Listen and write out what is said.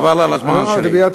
חבל על הזמן שלי.